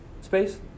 space